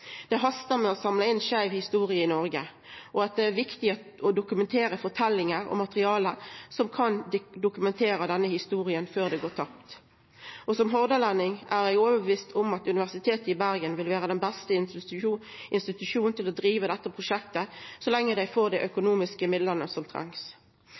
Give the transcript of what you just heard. Det hastar med å samla inn skeiv historie i Noreg, og det er viktig å innhenta forteljingar og materiale som kan dokumentera denne historia før det går tapt. Som hordalending er eg overtydd om at Universitetet i Bergen vil vera den beste institusjonen til å driva dette prosjektet, så lenge dei får dei økonomiske midlane som trengst.